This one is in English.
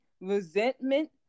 resentment